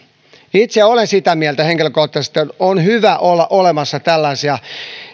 itse olen sitä mieltä henkilökohtaisesti että on hyvä olla olemassa työvoimatoimistossa tällaisia